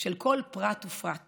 של כל פרט ופרט